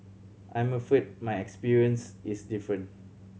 I'm afraid my experience is different